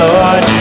Lord